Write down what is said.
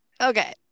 Okay